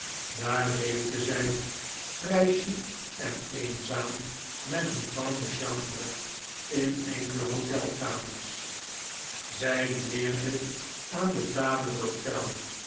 daar leefde zij vrij chic en eenzaam met een femme de chambre in enkele hotelkamers zij dineerde aan de table d'hote